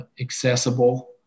accessible